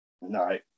No